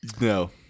no